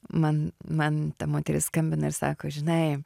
man man ta moteris skambina ir sako žinai